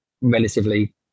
relatively